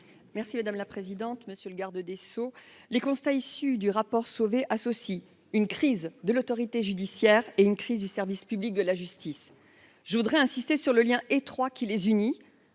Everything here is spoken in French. Merci madame la présidente, monsieur le garde des Sceaux, les constats issus du rapport Sauvé associe une crise de l'autorité judiciaire et une crise du service public de la justice, je voudrais insister sur le lien étroit qui les unit